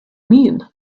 mean